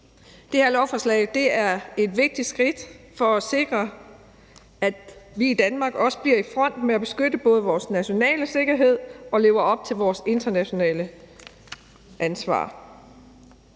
Det her lovforslag er et vigtigt skridt for at sikre, at vi i Danmark også kommer i front i forhold til både at beskytte vores nationale sikkerhed og at leve op til vores internationale ansvar.